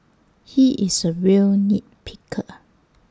he is A real nit picker